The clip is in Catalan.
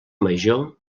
major